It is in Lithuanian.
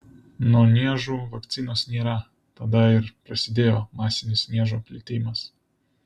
nuo niežų vakcinos nėra tada ir prasidėjo masinis niežo plitimas